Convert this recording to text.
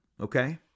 Okay